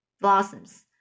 blossoms